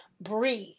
breathe